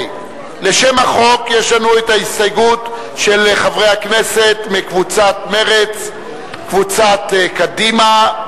לשם החוק יש לנו ההסתייגות של חברי הכנסת מקבוצת מרצ וקבוצת קדימה.